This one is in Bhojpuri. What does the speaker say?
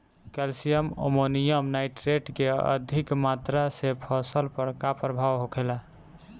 कैल्शियम अमोनियम नाइट्रेट के अधिक मात्रा से फसल पर का प्रभाव होखेला?